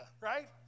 Right